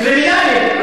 קרימינלים.